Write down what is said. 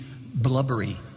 blubbery